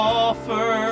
offer